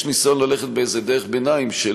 יש ניסיון ללכת באיזו דרך ביניים של